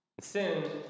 sin